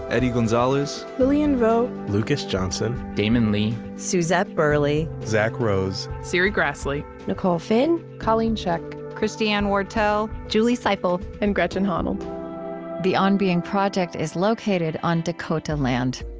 eddie gonzalez, lilian vo, lucas johnson, damon lee, suzette burley, zack rose, serri graslie, nicole finn, colleen scheck, christiane wartell, julie siple, and gretchen honnold the on being project is located on dakota land.